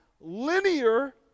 linear